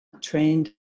trained